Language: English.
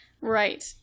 Right